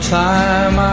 time